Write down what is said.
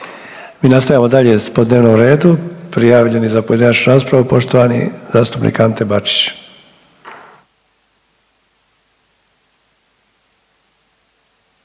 Mi nastavljamo dalje po dnevnom redu, prijavljeni za pojedinačnu raspravu poštovani zastupnik Ante Bačić.